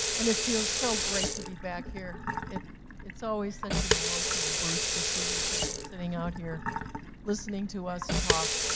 and it feels so great to be back here. it's always such an emotional boost to see you people sitting out here listening to us talk.